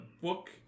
book